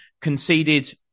Conceded